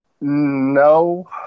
No